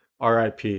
RIP